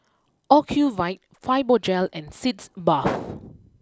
Ocuvite Fibogel and Sitz Bath